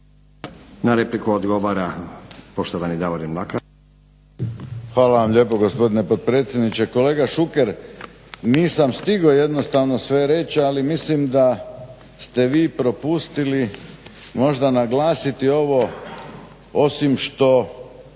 Na repliku odgovara poštovani Davorin Mlakar. **Mlakar, Davorin (HDZ)** Hvala vam lijepo gospodine potpredsjedniče. Kolega Šuker nisam stigao jednostavno sve reći, ali mislim da ste vi propustili možda naglasiti ovo osim što